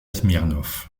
smirnov